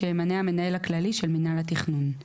שימנה המנהל הכללי של מינהל התכנון ;